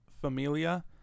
Familia